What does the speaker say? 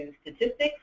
statistics